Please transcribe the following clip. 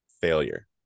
failure